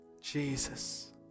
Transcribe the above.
Jesus